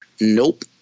Nope